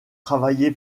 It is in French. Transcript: travaillé